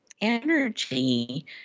energy